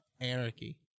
Anarchy